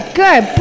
good